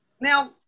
Now